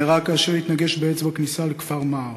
כאשר התנגש בעץ בכניסה לכפר מע'אר.